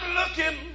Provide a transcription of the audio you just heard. looking